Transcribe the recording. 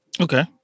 Okay